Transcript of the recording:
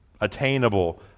attainable